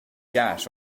gash